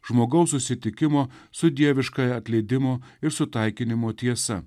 žmogaus susitikimo su dieviškąja atleidimo ir sutaikinimo tiesa